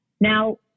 Now